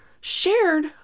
shared